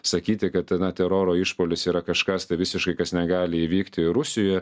sakyti kad teroro išpuolis yra kažkas tai visiškai kas negali įvykti rusijoje